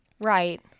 right